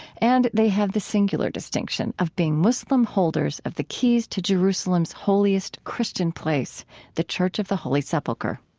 and they have the singular distinction of being muslim holders of the keys to jerusalem's holiest christian place the church of the holy sepulcher